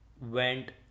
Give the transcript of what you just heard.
went